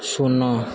ଶୂନ